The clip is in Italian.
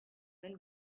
nel